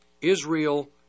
Israel